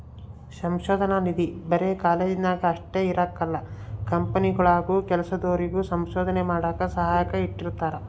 ಸಂಶೋಧನಾ ನಿಧಿ ಬರೆ ಕಾಲೇಜ್ನಾಗ ಅಷ್ಟೇ ಇರಕಲ್ಲ ಕಂಪನಿಗುಳಾಗೂ ಕೆಲ್ಸದೋರಿಗೆ ಸಂಶೋಧನೆ ಮಾಡಾಕ ಸಹಾಯಕ್ಕ ಇಟ್ಟಿರ್ತಾರ